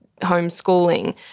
homeschooling